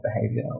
behavior